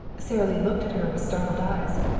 sara lee looked at her with startled eyes.